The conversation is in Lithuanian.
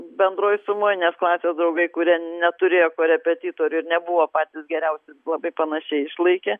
bendroj sumoj nes klasės draugai kurie neturėjo korepetitorių ir nebuvo patys geriausi labai panašiai išlaikė